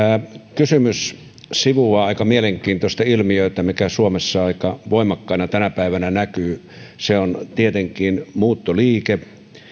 kysymys sivuaa aika mielenkiintoista ilmiötä mikä suomessa aika voimakkaana tänä päivänä näkyy se on tietenkin muuttoliike